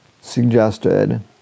suggested